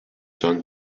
done